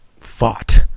fought